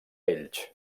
ells